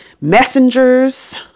messengers